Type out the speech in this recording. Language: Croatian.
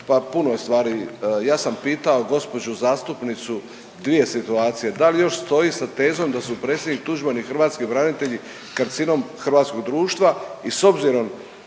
pa puno je stvari. Ja sam pitao gospođu zastupnicu dvije situacije. Da li još stoji sa tezom da su predsjednik Tuđman i hrvatski branitelji karcinom hrvatskog društva? I s obzirom